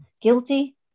guilty